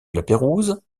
lapeyrouse